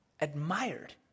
admired